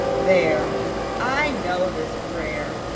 there i know this prayer.